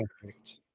perfect